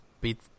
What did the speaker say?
beat